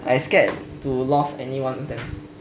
I scared to lost any one of them